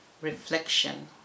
reflection